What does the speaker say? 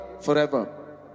forever